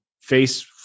face